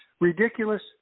Ridiculous